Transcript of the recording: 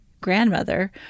grandmother